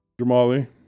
jamali